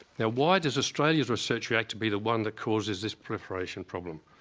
now why does australia's research reactor be the one that causes this proliferation problem?